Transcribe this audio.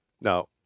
Now